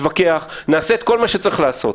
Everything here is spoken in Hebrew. נתווכח ונעשה כל מה שצריך לעשות.